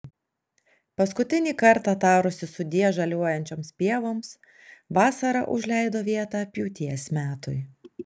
paskutinį kartą tarusi sudie žaliuojančioms pievoms vasara užleido vietą pjūties metui